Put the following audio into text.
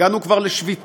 הגענו כבר לשביתה,